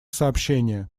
сообщения